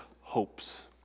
hopes